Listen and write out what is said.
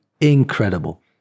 incredible